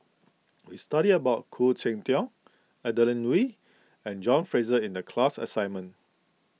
we studied about Khoo Cheng Tiong Adeline Ooi and John Fraser in the class assignment